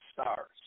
stars